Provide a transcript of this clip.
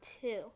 two